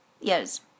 Yes